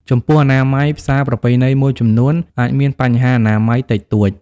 ចំពោះអនាម័យ ផ្សារប្រពៃណីមួយចំនួនអាចមានបញ្ហាអនាម័យតិចតួច។